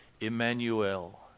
Emmanuel